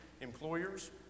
employers